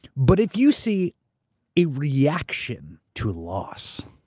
but if you see a reaction to loss,